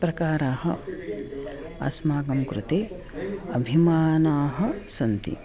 प्रकाराः अस्माकं कृते अभिमानाः सन्ति